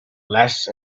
less